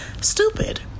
stupid